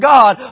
God